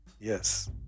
Yes